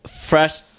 fresh